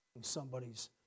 somebody's